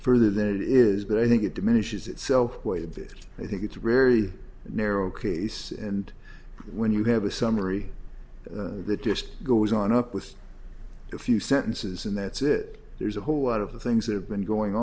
further than it is but i think it diminishes it so way of this i think it's rarely narrow case and when you have a summary that just goes on up with a few sentences and that's it there's a whole lot of the things that have been going